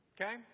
Okay